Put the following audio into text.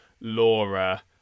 Laura